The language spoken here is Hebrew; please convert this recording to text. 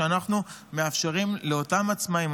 שבו אנחנו מאפשרים לאותם עצמאים,